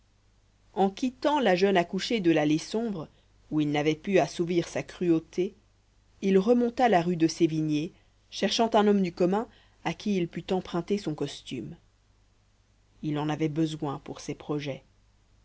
en quittant la jeune accouchée de l'allée sombre où il n'avait pu assouvir sa cruauté il remonta la rue de sévigné cherchant un homme du commun à qui il put emprunter son costume il en avait besoin pour ses projets